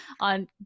on